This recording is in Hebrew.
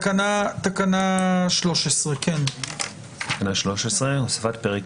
תקנה 13. 13.הוספת פרק